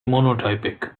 monotypic